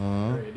mmhmm